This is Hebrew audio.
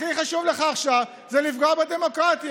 הכי חשוב לך עכשיו זה לפגוע בדמוקרטיה.